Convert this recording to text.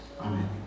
Amen